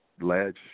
ledge